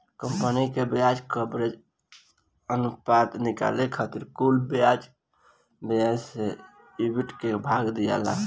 company के ब्याज coverage अनुपात के निकाले खातिर कुल ब्याज व्यय से ईबिट के भाग दियाला